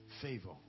Favor